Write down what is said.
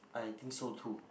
I think so too